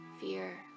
fear